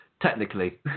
technically